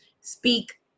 speak